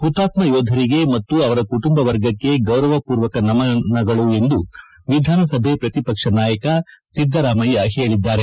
ಪುತಾತ್ಮ ಯೋಧರಿಗೆ ಮತ್ತು ಅವರ ಕುಟುಂಬ ವರ್ಗಕ್ಕೆ ಗೌರವಪೂರ್ವಕ ನಮನಗಳು ಎಂದು ವಿಧಾನಸಭೆ ಪ್ರತಿಪಕ್ಷ ನಾಯಕ ಸಿದ್ದರಾಮಯ್ಯ ಹೇಳಿದ್ದಾರೆ